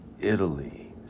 Italy